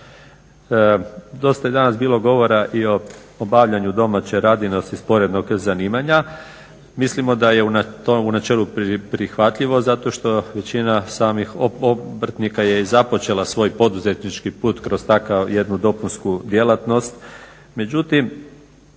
Dosta je danas bilo govora i o obavljanju domaće radinosti sporednog zanimanja, mislimo da je u načelu prihvatljivo zato što većina samih obrtnika je i započela svoj poduzetnički put kroz takvu jednu dopunsku djelatnost.